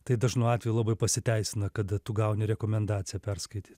tai dažnu atveju labai pasiteisina kada tu gauni rekomendaciją perskaityt